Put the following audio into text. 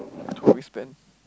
two hours spent